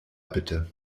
bitte